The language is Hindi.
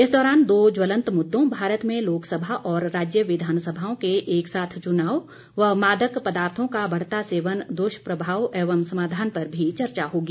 इस दौरान दो ज्वलंत मुद्दों भारत में लोकसभा और राज्य विधानसभाओं के एक साथ चुनाव व मादक पदार्थों का बढ़ता सेवन दुष्प्रभाव एवं समाधान पर भी चर्चा होगी